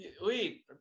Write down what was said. Wait